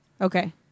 Okay